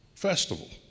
Festival